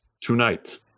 tonight